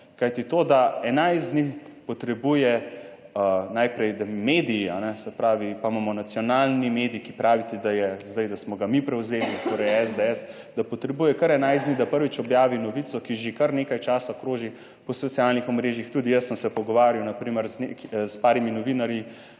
Kajti to, da enajst dni potrebuje najprej, da mediji, se pravi, pa imamo nacionalni medij, ki pravite, da je, zdaj, da smo ga mi prevzeli, torej SDS, da potrebuje kar enajst dni, da prvič objavi novico, ki že kar nekaj časa kroži po socialnih omrežjih. Tudi jaz sem se pogovarjal na primer s par